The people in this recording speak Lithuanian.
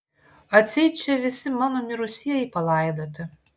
atseit čia visi mano mirusieji palaidoti